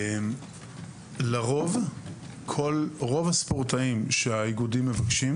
לרוב, רוב הספורטאים שהאיגודים מבקשים